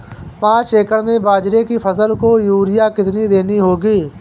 पांच एकड़ में बाजरे की फसल को यूरिया कितनी देनी होगी?